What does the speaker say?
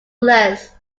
less